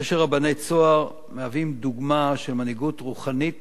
אני חושב שרבני "צהר" מהווים דוגמה של מנהיגות רוחנית